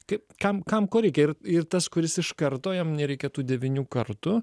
kaip kam kam ko reikia ir ir tas kuris iš karto jam nereikia tų devynių kartu